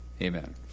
Amen